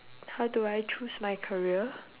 how do I choose my career